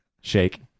Shake